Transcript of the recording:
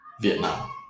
Vietnam